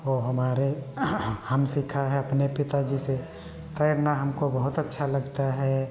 वह हमारे हमने सीखा है अपने पिताजी से तैरना हमको बहुत अच्छा लगता है